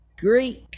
greek